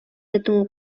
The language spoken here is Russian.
этому